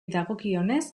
dagokionez